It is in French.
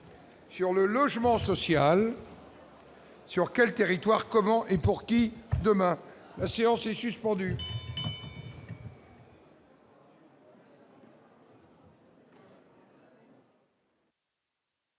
Sur le logement social. Sûr qu'elle territoire comment et pour qui, demain, la séance est suspendue.